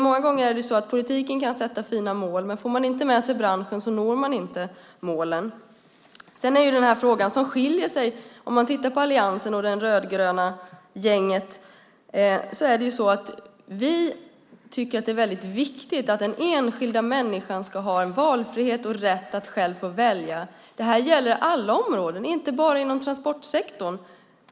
Många gånger kan politiken sätta upp fina mål, men får man inte med sig branschen når man inte målen. Sedan skiljer vi oss åt i den här frågan. Man kan titta på alliansen och på det rödgröna gänget. Vi tycker att det är väldigt viktigt att den enskilda människan ska ha en valfrihet, en rätt att själv få välja. Det här gäller alla områden, inte bara inom transportsektorn.